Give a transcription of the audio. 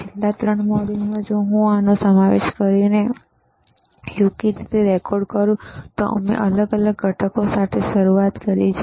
છેલ્લા 3 મોડ્યુલોમાં જો હું આનો સમાવેશ કરીને યોગ્ય રીતે રેકોર્ડ કરું તો અમે અલગ ઘટકો સાથે શરૂઆત કરી છે